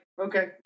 okay